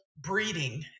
breeding